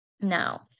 Now